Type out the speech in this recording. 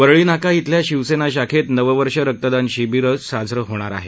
वरळी नाका खिल्या शिवसेना शाखेत नववर्ष रक्तदान शिबिरानं साजरं होणार आहे